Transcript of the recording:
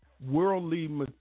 worldly